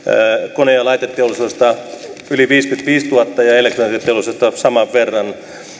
kone ja laiteteollisuudesta yli viisikymmentäviisituhatta ja elektroniikkateollisuudesta saman verran